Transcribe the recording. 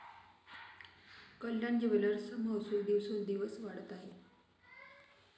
कल्याण ज्वेलर्सचा महसूल दिवसोंदिवस वाढत आहे